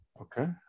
Okay